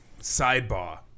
Sidebar